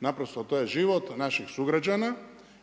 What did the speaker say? naprosto to je život naših sugrađana,